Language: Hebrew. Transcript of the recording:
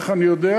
איך אני יודע?